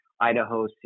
Idaho